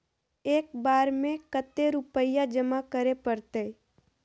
एक बार में कते रुपया जमा करे परते?